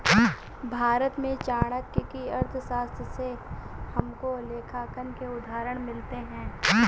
भारत में चाणक्य की अर्थशास्त्र से हमको लेखांकन के उदाहरण मिलते हैं